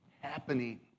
happening